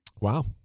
Wow